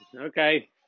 okay